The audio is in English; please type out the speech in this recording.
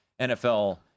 NFL